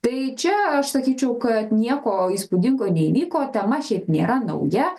tai čia aš sakyčiau kad nieko įspūdingo neįvyko tema šiaip nėra nauja